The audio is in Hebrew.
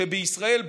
ושבישראל,